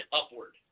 upward